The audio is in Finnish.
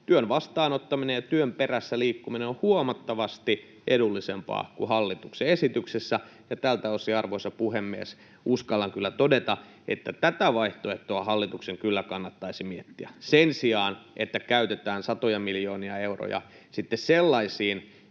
työn vastaanottaminen ja työn perässä liikkuminen on huomattavasti edullisempaa kuin hallituksen esityksessä. Tältä osin, arvoisa puhemies, uskallan kyllä todeta, että tätä vaihtoehtoa hallituksen kyllä kannattaisi miettiä sen sijaan, että käytetään satoja miljoonia euroja sellaisiin